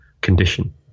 condition